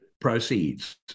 proceeds